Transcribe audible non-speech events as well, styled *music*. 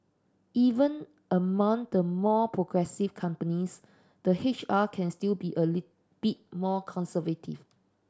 even among the more progressive companies the H R can still be a *unintelligible* bit more conservative